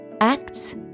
Acts